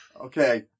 Okay